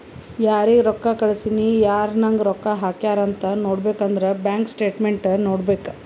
ಯಾರಿಗ್ ರೊಕ್ಕಾ ಕಳ್ಸಿನಿ, ಯಾರ್ ನಂಗ್ ರೊಕ್ಕಾ ಹಾಕ್ಯಾರ್ ಅಂತ್ ನೋಡ್ಬೇಕ್ ಅಂದುರ್ ಬ್ಯಾಂಕ್ ಸ್ಟೇಟ್ಮೆಂಟ್ ನೋಡ್ಬೇಕ್